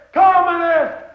communist